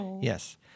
yes